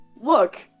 look